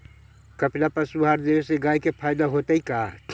कपिला पशु आहार देवे से गाय के फायदा होतै का?